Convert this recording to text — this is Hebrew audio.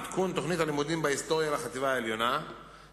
עדכון תוכנית הלימודים בהיסטוריה לחטיבה העליונה,